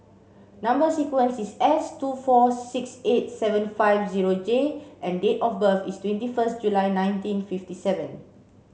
number sequence is S two four six eight seven five zero J and date of birth is twenty first July nineteen fifty seven